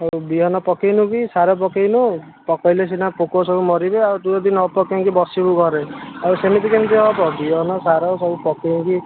ହଉ ବିହନ ପକାଇନୁ କି ସାର ପକାଇନୁ ପକାଇଲେ ସିନା ପୋକ ସବୁ ମରିବେ ଆଉ ତୁ ଯଦି ନ ପକେଇକି ବସିବୁ ଘରେ ଆଉ ସେମିତି କେମିତି ହେବ ବିହନ ସାର ସବୁ ପକାଇଁକି